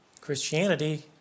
Christianity